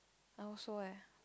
I also eh